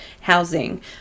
housing